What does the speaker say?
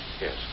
yes